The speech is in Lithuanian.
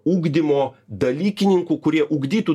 ugdymo dalykininkų kurie ugdytų